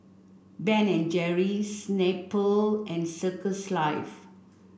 Ben and Jerry's Snapple and Circles Life